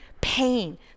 pain